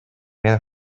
мен